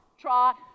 trot